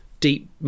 deep